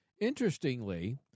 Interestingly